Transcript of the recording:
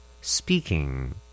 Speaking